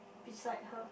beside her